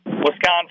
Wisconsin